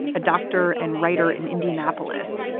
a doctor and writer in indianapolis,